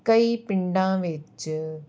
ਕਈ ਪਿੰਡਾਂ ਵਿੱਚ